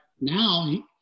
now